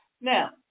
Now